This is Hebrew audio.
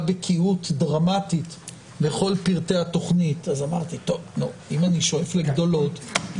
בקיאות דרמטית בכל פרטי התכנית ואמרתי שאם אני שואף לגדולות,